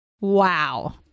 Wow